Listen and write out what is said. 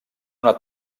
una